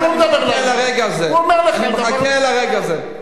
אני מחכה לרגע הזה.